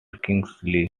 kingsley